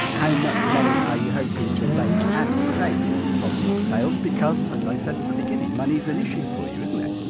how much money are you hoping to make and save from these sales because, as i said at the beginning, money's an issue for you isn't it?